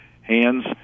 hands